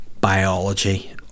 biology